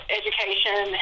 education